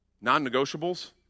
non-negotiables